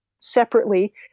separately